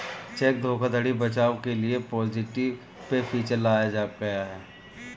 check धोखाधड़ी बचाव के लिए पॉजिटिव पे फीचर लाया गया है